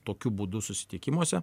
tokiu būdu susitikimuose